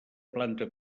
planta